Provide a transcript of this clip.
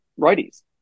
righties